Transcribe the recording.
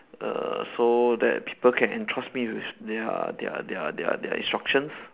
err so that people can entrust me with their their their their their instructions